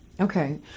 Okay